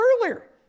earlier